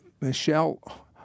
Michelle